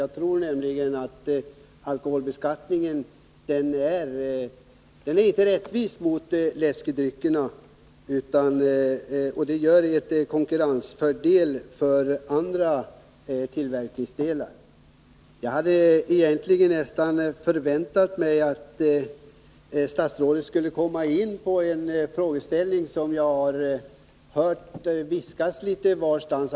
Jag tror nämligen att alkoholbeskattningen inte är rättvis mot läskedryckerna, vilket skapar konkurrensfördelar för annan tillverkning. Jag hade nästan förväntat mig att statsrådet skulle komma in på en frågeställning som det lär viskas om litet varstans.